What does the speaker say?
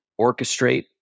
orchestrate